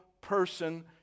person